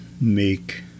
make